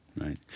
Right